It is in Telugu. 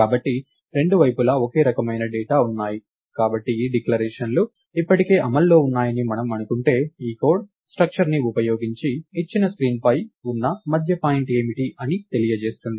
కాబట్టి రెండు వైపులా ఒకే రకమైన డేటా ఉన్నాయి కాబట్టి ఈ డిక్లరేషన్లు ఇప్పటికే అమల్లో ఉన్నాయని మనం అనుకుంటే ఈ కోడ్ స్ట్రక్చర్ని ఉపయోగించి ఇచ్చిన స్క్రీన్ పై ఉన్న మధ్య పాయింట్ ఏమిటి అని తెలియజేస్తుంది